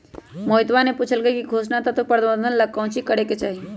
मोहितवा ने पूछल कई की पोषण तत्व प्रबंधन ला काउची करे के चाहि?